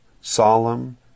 solemn